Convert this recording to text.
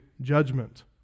judgment